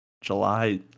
July